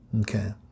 Okay